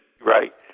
Right